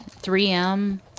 3M